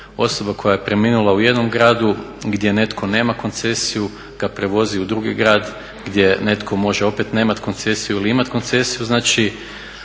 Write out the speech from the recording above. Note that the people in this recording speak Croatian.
osoba koja je preminula u jednom gradu gdje netko nema koncesiju kad prevozi u drugi grad gdje netko može opet nemat koncesiju ili imati koncesiju